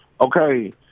Okay